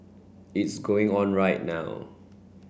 it's going on right now